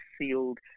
sealed